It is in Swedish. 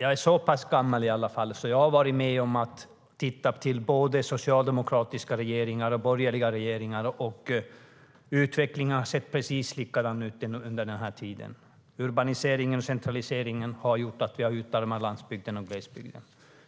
Jag är så pass gammal att jag har varit med om både socialdemokratiska och borgerliga regeringar. Utvecklingen har sett precis likadan ut under hela tiden. Urbaniseringen och centraliseringen har gjort att vi har utarmat landsbygden och glesbygden.